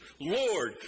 Lord